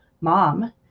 mom